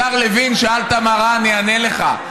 השר לוין, שאלת מה רע, אני אענה לך.